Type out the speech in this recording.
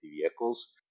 vehicles